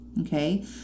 Okay